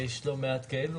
ויש לא מעט כאלה.